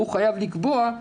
חייב לקבוע,